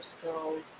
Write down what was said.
skills